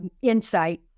insight